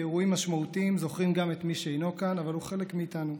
באירועים משמעותיים זוכרים גם את מי שאינו כאן אבל הוא חלק מאיתנו.